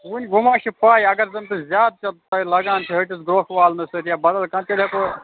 ووٚن وَما چھُ پاے اگَر زَن ژےٚ زیادٕ لگان چھُی ہٹِس گرۄکھ والنہٕ سۭتۍ یا بَدَل کانٛہہ تیٚلہِ ہیٚکو